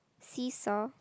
seashore